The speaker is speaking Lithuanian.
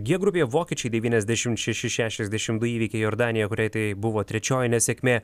g grupėje vokiečiai devyniasdešim šeši šešiasdešim du įveikė jordaniją kuriai tai buvo trečioji nesėkmė